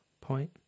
point